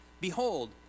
Behold